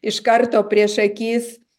iš karto prieš akis